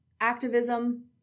activism